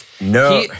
No